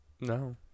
No